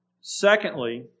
Secondly